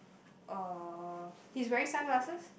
uh he's wearing sunglasses